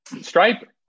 Stripe